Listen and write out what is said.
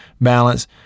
balance